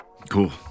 Cool